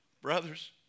brothers